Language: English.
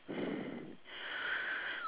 mine is still seven eh